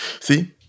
See